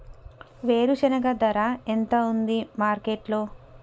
వేరుశెనగ ధర ఎంత ఉంది మార్కెట్ లో?